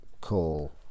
call